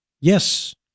Yes